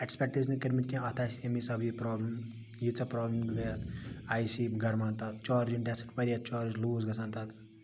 expect ٲسۍ نہٕ کٔرۍمٕتۍ کینٛہہ اتھ آسہِ امہِ حِساب یہِ پرابلم ییٖژاہ پرابلم یتھ آی سی گَرمان تتھ چارجِنٛگ ڈیسک چارٕج واریاہ لوٗز گَژھان تتھ